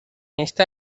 esta